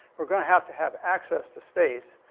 we're going to have to have access to space,